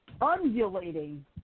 Undulating